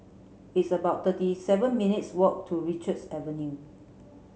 it's about thirty seven minutes' walk to Richards Avenue